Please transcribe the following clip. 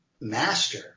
master